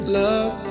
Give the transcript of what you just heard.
love